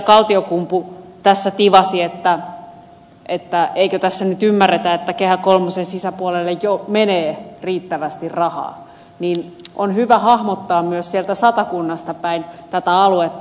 kaltiokumpu tässä tivasi eikö tässä nyt ymmärretä että kehä kolmosen sisäpuolelle jo menee riittävästi rahaa niin on hyvä hahmottaa myös sieltä satakunnasta päin tätä aluetta